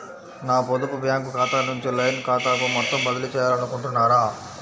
నా పొదుపు బ్యాంకు ఖాతా నుంచి లైన్ ఖాతాకు మొత్తం బదిలీ చేయాలనుకుంటున్నారా?